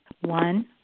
One